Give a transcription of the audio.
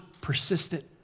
persistent